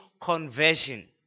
Conversion